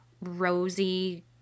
rosy